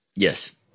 yes